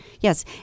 yes